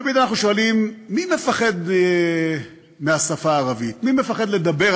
תמיד אנחנו שואלים: מי מפחד מהשפה הערבית?